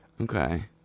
Okay